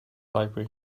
library